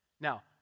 Now